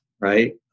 right